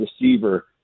receiver